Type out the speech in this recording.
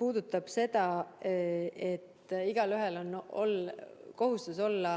puudutab seda, et igaühel on kohustus olla